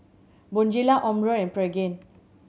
Bonjela Omron and Pregain